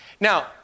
Now